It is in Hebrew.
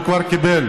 הוא כבר קיבל.